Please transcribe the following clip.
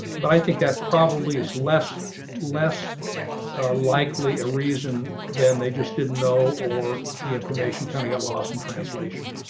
but i think that probably is less less likely a reason then they just didn't know or the information kind of got lost in translation.